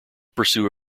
pursue